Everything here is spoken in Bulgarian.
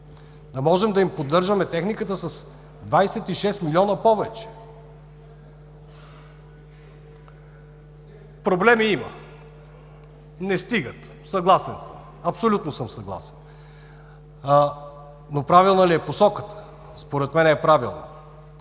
да можем да им поддържаме техниката с 26 млн. повече. Проблеми има. Не стигат, съгласен съм. Абсолютно съм съгласен! Правилна ли е посоката? Според мен е правилна.